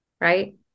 right